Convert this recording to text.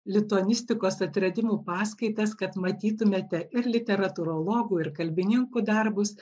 lituanistikos atradimų paskaitas kad matytumėte ir literatūrologų ir kalbininkų darbus